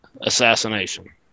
assassination